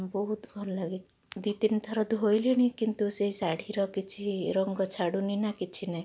ବହୁତ ଭଲ ଲାଗେ ଦୁଇ ତିନିଥର ଧୋଇଲିଣି କିନ୍ତୁ ସେଇ ଶାଢ଼ୀର କିଛି ରଙ୍ଗ ଛାଡ଼ୁନି ନା କିଛି ନାହିଁ